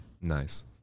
nice